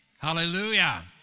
Hallelujah